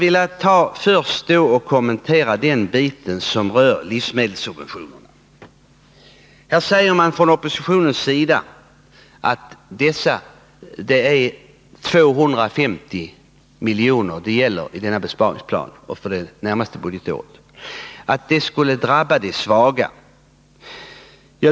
I fråga om livsmedelssubventionerna säger oppositionen att besparingen uppgår till 250 milj.kr. för det närmaste budgetåret och att detta skulle drabba de svaga.